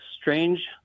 strange